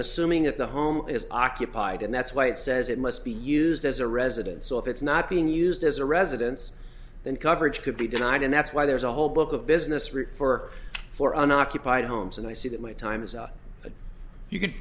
assuming that the home is occupied and that's why it says it must be used as a residence so if it's not being used as a residence then coverage could be denied and that's why there's a whole book of business route for four unoccupied homes and i see that my time is up but you could